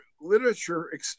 literature